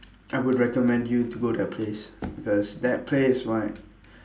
I would recommend you to go that place because that place right